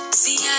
see